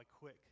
quick